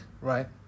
right